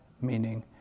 meaning